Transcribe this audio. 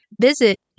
Visit